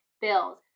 bills